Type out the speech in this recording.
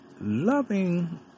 loving